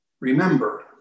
Remember